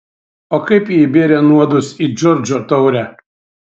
o kaip ji įbėrė nuodus į džordžo taurę